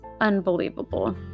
unbelievable